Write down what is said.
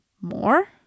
more